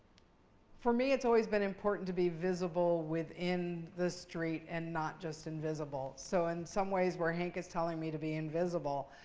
for me, it's always been important to be visible within the street and not just invisible. so in some ways where hank is telling me to be invisible,